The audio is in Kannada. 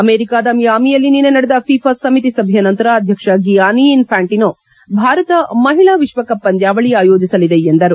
ಅಮೆರಿಕದ ಮಿಯಾಮಿಯಲ್ಲಿ ನಿನ್ನೆ ನಡೆದ ಫೀಫಾ ಸಮಿತಿ ಸಭೆಯ ನಂತರ ಅಧ್ಯಕ್ಷ ಗಿಯಾನಿ ಇನ್ಫ್ಕಾಂಟಿನೋ ಭಾರತ ಮಹಿಳಾ ವಿಶ್ವಕಪ್ ಪಂದ್ಯಾವಳಿ ಆಯೋಜಿಸಲಿದೆ ಎಂದರು